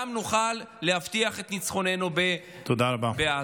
גם נוכל להבטיח את ניצחוננו בעזה.